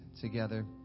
together